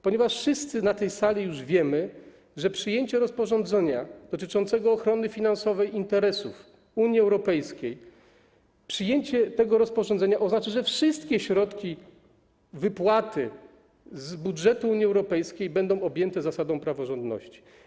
Ponieważ wszyscy na tej sali już wiemy, że przyjęcie rozporządzenia dotyczącego ochrony finansowej interesów Unii Europejskiej, przyjęcie tego rozporządzenia oznacza, że wszystkie środki, wypłaty z budżetu Unii Europejskiej będą objęte zasadą praworządności.